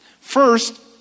First